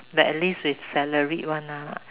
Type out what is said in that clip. but at least with salaried one lah